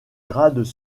grades